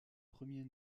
premier